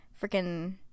freaking